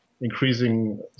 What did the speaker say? increasing